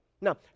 Now